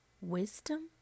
wisdom